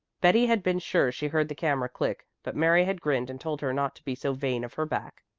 betty had been sure she heard the camera click, but mary had grinned and told her not to be so vain of her back.